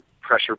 pressure